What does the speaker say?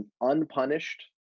unpunished